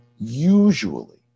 Usually